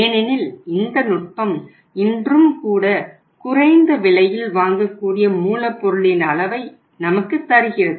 ஏனெனில் இந்த நுட்பம் இன்றும் கூட குறைந்த விலையில் வாங்கக்கூடிய மூலப்பொருளின் அளவை நமக்குத் தருகிறது